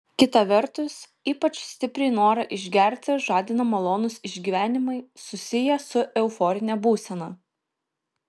kita vertus ypač stipriai norą išgerti žadina malonūs išgyvenimai susiję su euforine būsena